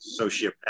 sociopath